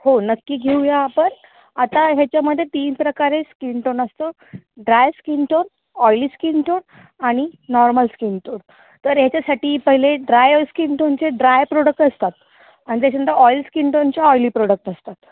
हो नक्की घेऊ या आपण आता ह्याच्यामध्ये तीन प्रकारे स्किन टोन असतो dry skin tone oily skin tone आणि नॉर्मल स्किन टोन तर ह्याच्यासाठी पहिले ड्राय स्किन टोनचे ड्राय प्रोडक्ट असतात आणि त्याच्यानंतर ऑइल स्किन टोनचे ऑइली प्रोडक्ट असतात